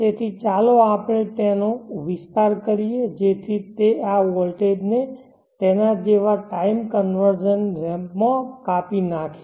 તેથી ચાલો આપણે તેનો વિસ્તાર કરીએ જેથી તે આ વોલ્ટેજને તેના જેવા ટાઈમ કન્વર્ઝન રેમ્પમાં કાપી નાંખે